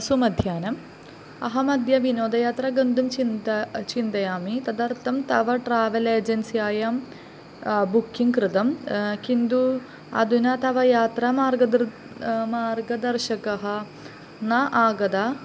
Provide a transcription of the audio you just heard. सुमध्याह्नं अहमद्य विनोदयात्रा गन्तुं चिन्ता चिन्तयामि तदर्थं तव ट्रावेलेजेन्स्यायां बुक्किङ्ग् कृतं किन्तु अधुना तव यात्रामार्गदर्शकः मार्गदर्शकः न आगतः